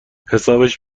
حسابش